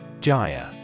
Jaya